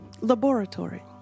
Laboratory